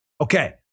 Okay